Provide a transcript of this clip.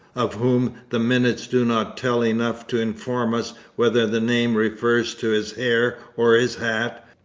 of whom the minutes do not tell enough to inform us whether the name refers to his hair or his hat,